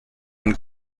and